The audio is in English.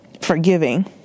forgiving